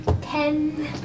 Ten